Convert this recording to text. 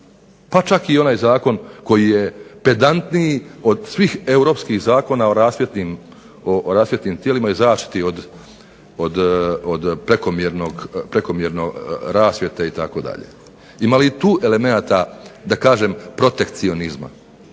pa čak i onaj zakon koji je pedantniji od svih europskih zakona o rasvjetnim tijelima i zaštiti od prekomjerne rasvjete itd. Imali tu elemenata da kažem protekcionizma?